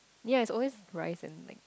yes always rice and like